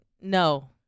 No